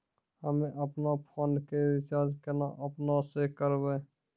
हम्मे आपनौ फोन के रीचार्ज केना आपनौ से करवै?